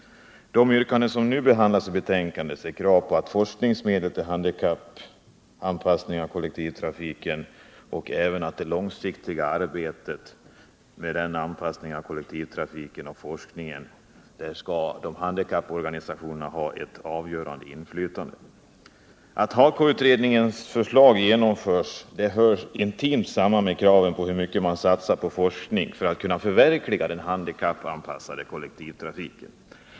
De yrkanden som behandlas i det nu föreliggande betänkandet innebär krav på forskningsmedel till handikappanpassning av kollektivtrafiken samt att handikapporganisationerna skall ha ett avgörande inflytande vid det långsiktiga arbetet med handikappanpassning av kollektivtrafiken. Att HAKO-utredningens förslag genomförs hör intimt samman med kravet på satsning på forskning för att kunna förverkliga den handikappanpassade kollektivtrafiken.